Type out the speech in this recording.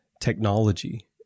technology